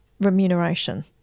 remuneration